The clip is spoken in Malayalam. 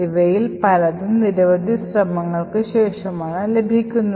ഇവയിൽ പലതും നിരവധി ശ്രമങ്ങൾക്ക് ശേഷമാണ് ലഭിക്കുന്നത്